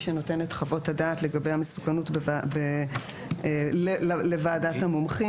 שנותן את חוות הדעת לגבי המסוכנות לוועדת המומחים,